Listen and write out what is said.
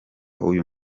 uyu